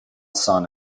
san